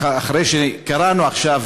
אחרי שקראנו עכשיו,